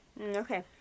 Okay